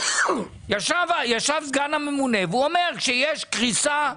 ישב סגן הממונה והוא אומר שכאשר יש קריסה,